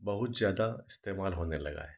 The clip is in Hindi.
बहुत ज़्यादा इस्तेमाल होने लगा है